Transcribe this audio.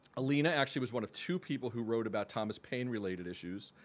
alena actually was one of two people who wrote about thomas paine-related issues.